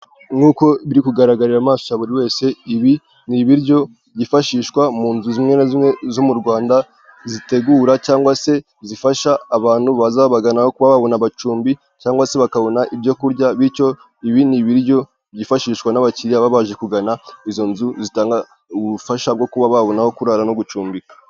Nk'uko biri kugaragarira amaso ya buri wese, ibi ni ibiryo byifashishwa mu nzu zimwe na zimwe zo mu Rwanda zitegura cyangwa se zifasha abantu baza babagana kuba babona amacumbi cyangwa se bakabona ibyo kurya bityo ibi ni biryo byifashishwa n'abakiriya baba baje kugana izo nzu zi ubufasha bwo kuba babona aho kurara no gucumbika.